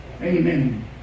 Amen